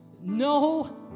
No